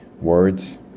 words